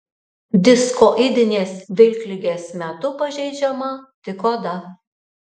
diskoidinės vilkligės metu pažeidžiama tik oda